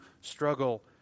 struggle